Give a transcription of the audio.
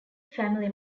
family